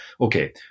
okay